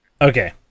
Okay